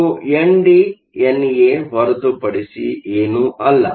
ಇದು ND NA ಹೊರತುಪಡಿಸಿ ಏನೂ ಇಲ್ಲ